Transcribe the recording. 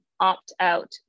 opt-out